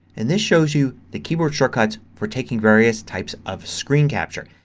and this shows you the keyboard shortcuts for taking various types of screen capture.